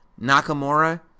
Nakamura